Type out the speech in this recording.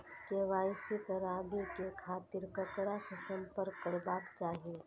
KYC कराबे के खातिर ककरा से संपर्क करबाक चाही?